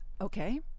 Okay